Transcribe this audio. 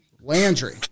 Landry